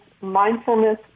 mindfulness